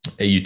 AUT